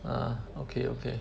uh okay okay